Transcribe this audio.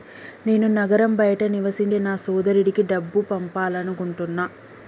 నేను నగరం బయట నివసించే నా సోదరుడికి డబ్బు పంపాలనుకుంటున్నా